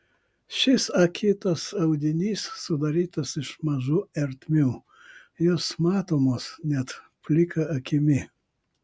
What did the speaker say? šis akytas audinys sudarytas iš mažų ertmių jos matomos net plika akimi